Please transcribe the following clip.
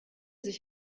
sich